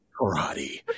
karate